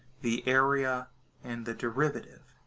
the area and the derivative.